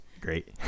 great